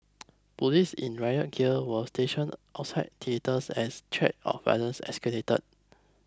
police in riot gear were stationed outside theatres as threats of violence escalated